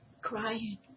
Crying